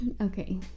Okay